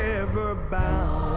forever bound